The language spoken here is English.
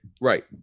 Right